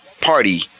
party